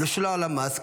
למה לא שולם עליו מס?